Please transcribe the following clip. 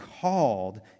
called